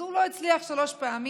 אז הוא לא הצליח שלוש פעמים.